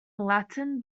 latin